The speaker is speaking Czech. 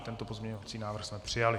Tento pozměňovací návrh jsme přijali.